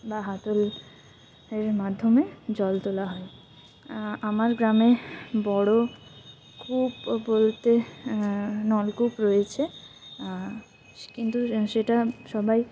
বা হাতলের মাধ্যমে জল তোলা হয় আমার গ্রামে বড়ো কূপ বলতে নলকূপ রয়েছে কিন্তু সেটা সবাই